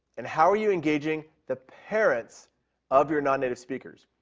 and how are you engaging the parents of your nonnative speakers?